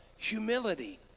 humility